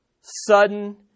sudden